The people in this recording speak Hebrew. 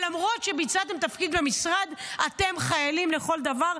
למרות שביצעתם תפקיד במשרד אתם חיילים לכל דבר,